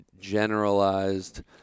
generalized –